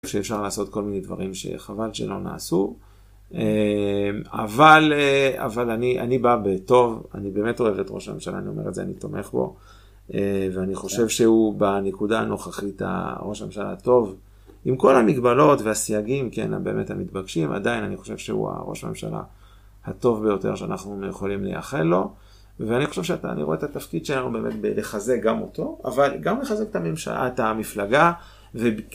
שאפשר לעשות כל מיני דברים שחבל שלא נעשו. אבל אני בא בטוב, אני באמת אוהב את ראש הממשלה, אני אומר את זה, אני תומך בו, ואני חושב שהוא בנקודה הנוכחית הראש הממשלה הטוב, עם כל המגבלות והסייגים, כן, באמת, המתבקשים, עדיין אני חושב שהוא הראש הממשלה הטוב ביותר שאנחנו יכולים לאחל לו, ואני חושב שאתה, אני רואה את התפקיד שלנו באמת לחזק גם אותו, אבל גם לחזק את הממשלה, את המפלגה,